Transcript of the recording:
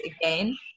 again